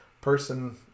person